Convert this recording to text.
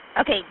Okay